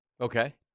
Okay